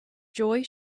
joy